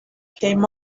came